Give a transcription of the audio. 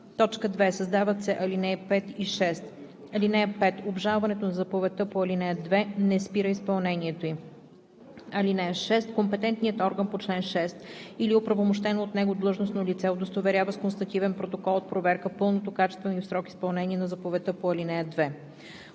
2. Създават се ал. 5 и 6: „(5) Обжалването на заповедта по ал. 2 не спира изпълнението ѝ. (6) Компетентният орган по чл. 6 или оправомощено от него длъжностно лице удостоверява с констативен протокол от проверка пълното, качествено и в срок изпълнение на заповедта по ал. 2.“